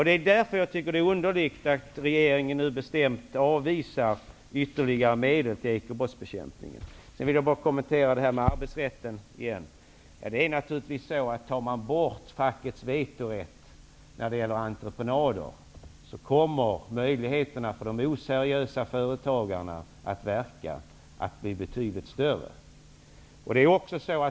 Det är därför som jag tycker att det är underligt att regeringen nu bestämt avvisar förslag om ytterligare medel till ekobrottsbekämpningen. Sedan vill jag bara kommentera frågan om arbetsrätten igen. Tar man bort fackets vetorätt när det gäller entreprenader kommer naturligtvis de oseriösa företagarnas möjligheter att verka att bli betydligt större.